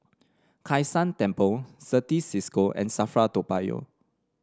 Kai San Temple Certis Cisco and Safra Toa Payoh